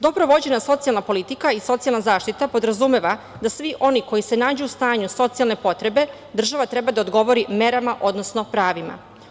Dobro vođena socijalna politika i socijalna zaštita podrazumeva da svi oni koji se nađu u stanju socijalne potrebe država treba da odgovori merama, odnosno pravima.